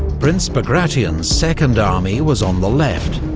prince bagration's second army was on the left,